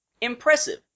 Impressive